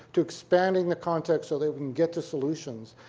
to expanding the context so they can get to solutions.